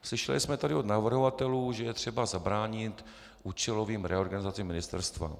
Slyšeli jsme tady od navrhovatelů, že je třeba zabránit účelovým reorganizacím ministerstva.